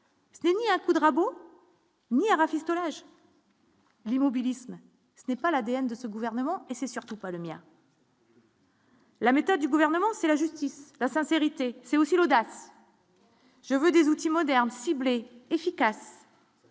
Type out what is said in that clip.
Ce n'est ni un coup de rabot. L'immobilisme, ce n'est pas l'ADN de ce gouvernement et c'est surtout pas le mien. La méthode du gouvernement c'est la justice, la sincérité, c'est aussi l'audace. Je veux des outils modernes ciblées.